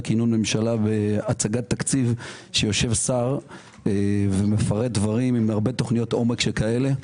כינון ממשלה והצגת תקציב שיושב שר ומפרט דברים עם הרבה תוכניות עומק שכאלה.